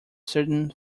sudden